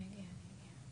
ואני מציע לך גם